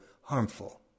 harmful